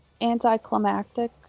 anticlimactic